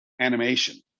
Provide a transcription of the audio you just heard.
Animation